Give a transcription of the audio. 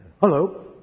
Hello